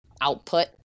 output